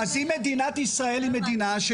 אז אם מדינת ישראל היא מדינה, לא הבנתי.